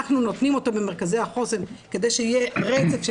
אנחנו נותנים אותו במרכזי החוסן כדי שיהיה רצף של